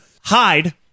hide